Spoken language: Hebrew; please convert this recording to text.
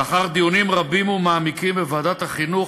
לאחר דיונים רבים ומעמיקים בוועדת החינוך,